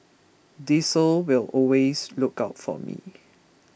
diesel will always look out for me